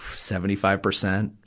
seventy-five percent?